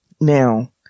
now